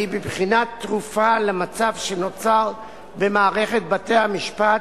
והיא בבחינת תרופה למצב שנוצר במערכת בתי-המשפט,